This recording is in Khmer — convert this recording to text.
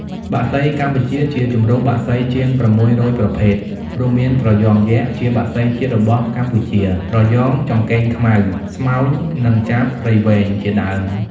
បក្សី កម្ពុជាជាជម្រកបក្សីជាង ៦០០ ប្រភេទ រួមមាន ត្រយ៉ងយក្ស ជាបក្សីជាតិរបស់កម្ពុជា ត្រយ៉ងចង្កេងខ្មៅ ស្មោញ និង ចាបព្រៃវែង ជាដើម។